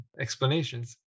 explanations